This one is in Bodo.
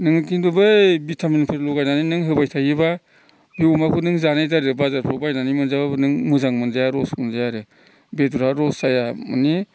नोङो खिन्थु बै भिटामिनफोर लगायनानै होबाय थायोबा बे अमाखौ जानाय दारै बाजारफ्राव बायनानै मोनजाब्लाबो मोजां मोनजाया रस मोनजाया आरो बेदरा रस जाया माने